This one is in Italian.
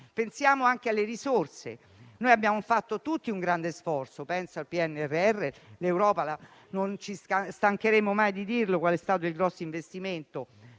Pensiamo anche alle risorse. Abbiamo fatto tutti un grande sforzo con il PNRR e non ci stancheremo mai di dire qual è stato il grande investimento